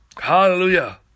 Hallelujah